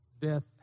death